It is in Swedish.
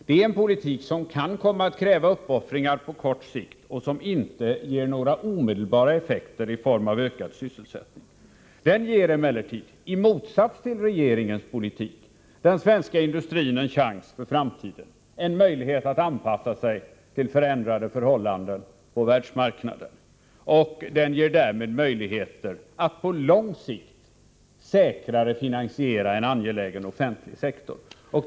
Det är en politik som kan komma att kräva uppoffringar på kort sikt och som inte ger några omedelbara effekter i form av ökad sysselsättning. Den ger emellertid, i motsats till regeringens politik, den svenska industrin en chans för framtiden, en möjlighet att anpassa sig till förändrade förhållanden på världsmarknaden. Den ger därmed möjligheter att på lång sikt säkrare finansiera en angelägen offentlig sektor.